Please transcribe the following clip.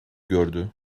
gördü